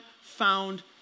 found